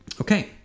Okay